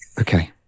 okay